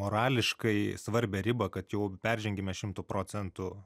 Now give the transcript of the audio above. morališkai svarbią ribą kad jau peržengėme šimto procentų